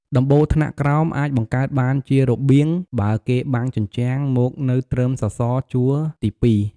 ដំបូលថ្នាក់ក្រោមអាចបង្កើតបានជារបៀង បើគេបាំងជញ្ជាំងមកនៅត្រឹមសសរជួរទីពីរ ។